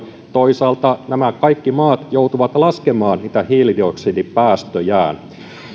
toisaalta nämä kaikki maat joutuvat laskemaan hiilidioksidipäästöjään